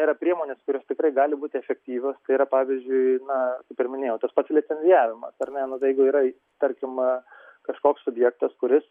yra priemonės kurios tikrai gali būti efektyvios tai yra pavyzdžiui na kaip ir minėjau tas pats licencijavimas ar ne nu jeigu yra tarkim kažkoks subjektas kuris